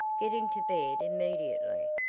get into bed immediately,